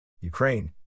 Ukraine